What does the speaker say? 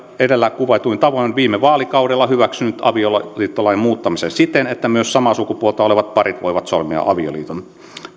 edellä kuvatuin tavoin viime vaalikaudella hyväksynyt avioliittolain muuttamisen siten että myös samaa sukupuolta olevat parit voivat solmia avioliiton